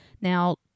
Now